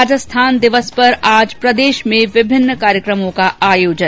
राजस्थान दिवस पर आज प्रदेश में विभिन्न कार्यक्रमों का आयोजन